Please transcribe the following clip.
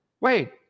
wait